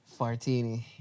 fartini